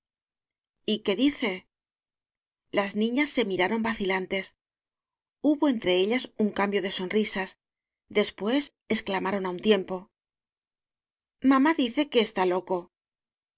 y qué dice las niñas se miraron vacilantes hubo en tre ellas un cambio de sonrisas después ex clamaron á un tiempo mamá dice que está loco